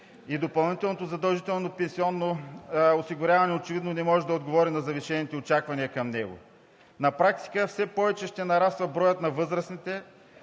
а допълнителното задължително пенсионно осигуряване очевидно не може да отговори на завишените очаквания към него. На практика все повече ще нараства броят на възрастните,